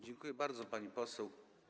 Dziękuję bardzo, pani poseł.